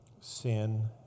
sin